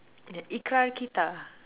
yeah ikrar-kita